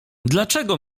dlaczego